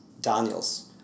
Daniels